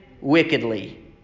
wickedly